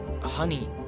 Honey